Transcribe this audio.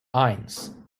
eins